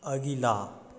अगिला